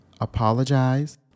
apologize